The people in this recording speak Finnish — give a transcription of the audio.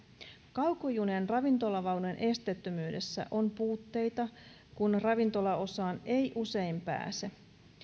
kaukojunien ravintolavaunujen esteettömyydessä on puutteita kun ravintolaosaan ei usein pääse